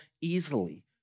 easily